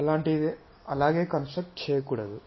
అలాంటిదే కన్స్ట్రక్ట్ చేయకూడదు